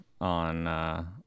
on